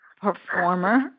performer